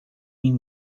mim